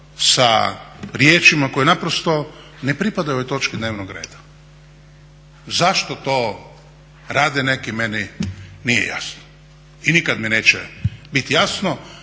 sa riječima koje naprosto ne pripadaju ovoj točki dnevnog reda. Zašto to rade neki? Meni nije jasno i nikad mi neće biti jasno.